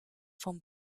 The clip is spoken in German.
von